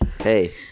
Hey